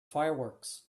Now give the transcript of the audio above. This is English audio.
fireworks